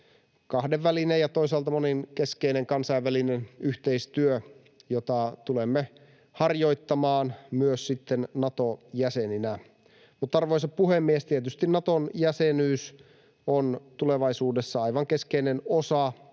kahdenvälinen ja toisaalta monenkeskinen kansainvälinen yhteistyö, jota tulemme harjoittamaan sitten myös Nato-jäseninä. Arvoisa puhemies! Tietysti Naton jäsenyys on tulevaisuudessa aivan keskeinen osa